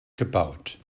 gebaut